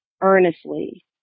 earnestly